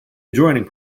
adjoining